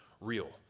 real